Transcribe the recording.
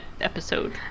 episode